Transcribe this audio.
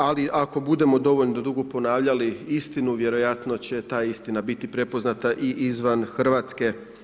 Ali, ako budemo dovoljno dugo ponavljali istinu, vjerojatno će ta istina biti prepoznata i izvan Hrvatske.